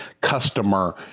customer